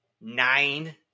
nine